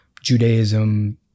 Judaism